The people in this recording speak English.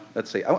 let's see,